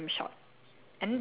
because of